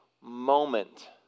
moment